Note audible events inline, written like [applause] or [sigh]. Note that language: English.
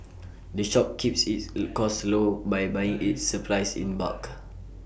the shop keeps its [unintelligible] costs low by buying its supplies in bulk